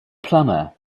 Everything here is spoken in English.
plummer